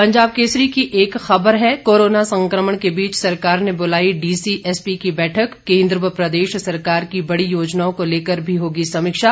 पंजाब केसरी की एक खबर है कोरोना संकमण के बीच सरकार ने बुलाई डीसी एसपी की बैठक केंद्र व प्रदेश सरकार की बड़ी योजनाओं का लेकर भी होगी समीक्षा